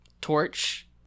torch